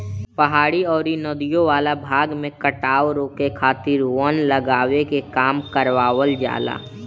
पहाड़ी अउरी नदियों वाला भाग में कटाव रोके खातिर वन लगावे के काम करवावल जाला